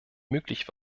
möglich